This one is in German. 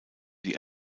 die